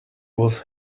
was